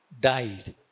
died